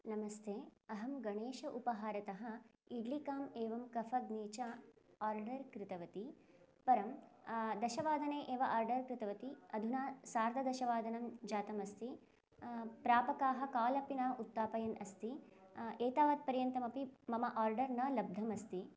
नमस्ते अहं गणेश उपाहारतः इड्लिकाम् एवं कफ़ग्नि च आर्डर् कृतवती परं दशवादने एव आर्डर् कृतवती अधुना सार्धदशवादनं जातम् अस्ति प्रापकः काल् अपि न उत्थापयन् अस्ति एतावत्पर्यन्तम् अपि मम आर्डर् न लब्धम् अस्ति